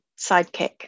sidekick